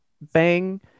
bang